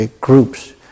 groups